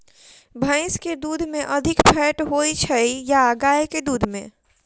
भैंस केँ दुध मे अधिक फैट होइ छैय या गाय केँ दुध में?